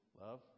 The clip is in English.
love